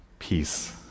peace